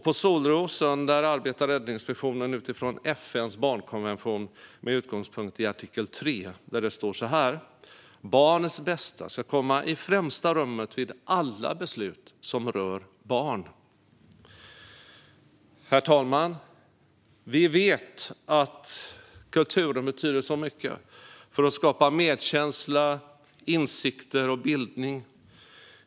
På Solrosen arbetar Räddningsmissionen utifrån FN:s barnkonvention med utgångspunkt i artikel 3: Barnets bästa ska komma i främsta rummet vid alla beslut som rör barn. Herr talman! Vi vet att kulturen betyder mycket för att skapa medkänsla, insikter och bildning.